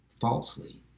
falsely